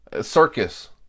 circus